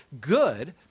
good